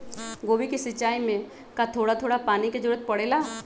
गोभी के सिचाई में का थोड़ा थोड़ा पानी के जरूरत परे ला?